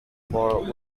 for